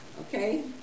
okay